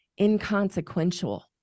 inconsequential